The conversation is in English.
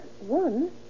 one